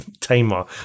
tamer